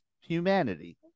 humanity